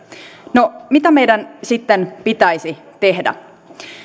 no mitä meidän sitten pitäisi tehdä